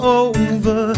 over